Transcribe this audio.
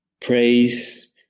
praise